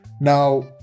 now